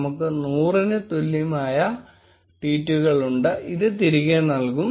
നമുക്ക് 100 ന് തുല്യമായ ട്വീറ്റുകൾ ഉണ്ട് ഇത് തിരികെ നൽകും